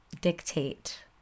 dictate